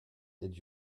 did